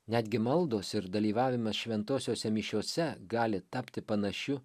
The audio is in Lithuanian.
netgi maldos ir dalyvavimas šventosiose mišiose gali tapti panašiu